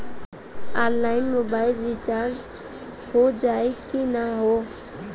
Online mobile recharge हो जाई की ना हो?